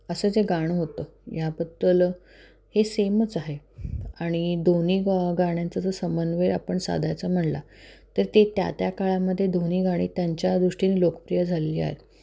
असं जे गाणं होतं याबद्दल हे सेमच आहे आणि दोन्ही ग गाण्यांचा जो समन्वय आपण साधायचा म्हणला तर ते त्या त्या काळामध्ये दोन्ही गाणी त्यांच्या दृष्टीने लोकप्रिय झालेली आहेत